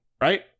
Right